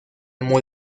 muy